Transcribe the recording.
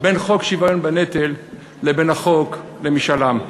בין חוק שוויון בנטל לבין חוק משאל עם?